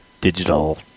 digital